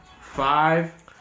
five